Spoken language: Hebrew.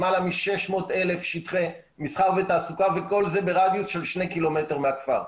למעלה מ-600,000 שטחי מסחר ותעסוקה וכל זה ברדיוס של שני קילומטר מהכפר.